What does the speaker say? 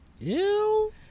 Ew